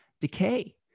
decay